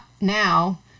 now